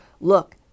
look